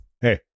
Hey